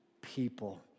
people